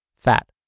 fat